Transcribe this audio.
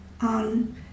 on